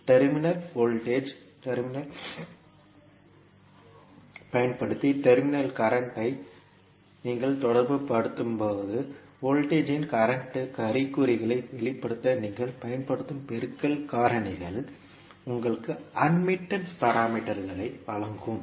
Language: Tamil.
டெர்மினல் வோல்டேஜ் ஐ பயன்படுத்தி டெர்மினல் கரண்ட் ஐ நீங்கள் தொடர்பு படுத்தும்போது வோல்டேஜ் இன் கரண்ட் அறிகுறிகளை வெளிப்படுத்த நீங்கள் பயன்படுத்தும் பெருக்கல் காரணிகள் உங்களுக்கு அட்மிட்டன்ஸ் பாராமீட்டர்களை வழங்கும்